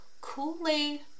Kool-Aid